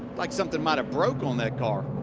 like something but broke on that car.